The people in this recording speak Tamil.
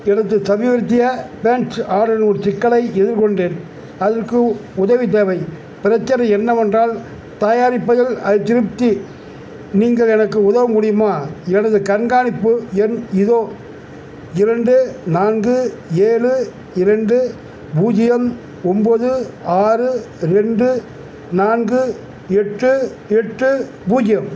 எனது சமீபத்திய பேண்ட்ஸ் ஆர்டரில் ஒரு சிக்கலை எதிர்கொண்டேன் அதற்கு உதவி தேவை பிரச்சனை என்னவென்றால் தயாரிப்பதில் அதிருப்தி நீங்கள் எனக்கு உதவ முடியுமா எனது கண்காணிப்பு எண் இதோ இரண்டு நான்கு ஏழு இரண்டு பூஜ்ஜியம் ஒம்பது ஆறு ரெண்டு நான்கு எட்டு எட்டு பூஜ்ஜியம்